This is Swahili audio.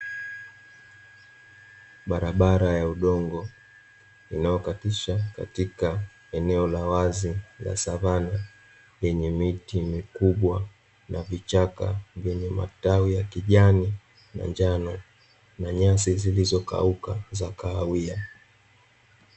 Barabara ya udongo inayokatisha katika eneo la wazi la savana yenye miti mikubwa na vichaka, vyenye matawi ya kijani na njano na nyasi zilizokauka za kahawia.